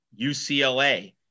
UCLA